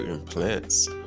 plants